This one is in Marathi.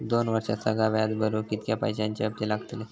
दोन वर्षात सगळा व्याज भरुक कितक्या पैश्यांचे हप्ते लागतले?